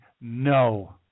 no